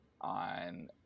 on